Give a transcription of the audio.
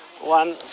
one